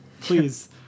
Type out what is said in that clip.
please